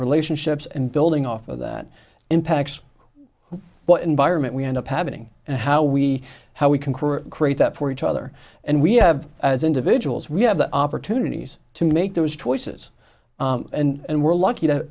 relationships and building off of that impacts what environment we end up having and how we how we can create that for each other and we have as individuals we have the opportunities to make those choices and we're lucky to